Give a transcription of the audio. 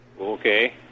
Okay